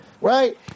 right